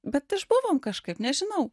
bet išbuvom kažkaip nežinau